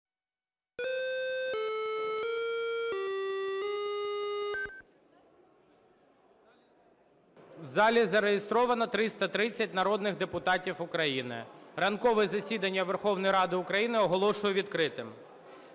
В залі зареєстровано 330 народних депутатів України. Ранкове засідання Верховної Ради України оголошую відкритим.